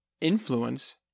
influence